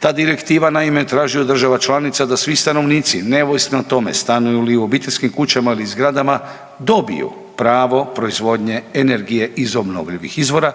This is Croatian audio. Ta direktiva naime traži od država članica da svi stanovnici neovisno o tome stanuju li u obiteljskim kućama ili zgradama dobiju pravo proizvodnje energije iz obnovljivih izvora